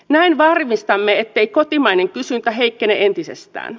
näin varmistamme ettei kotimainen kysyntä heikkene entisestään